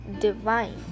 divine